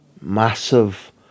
massive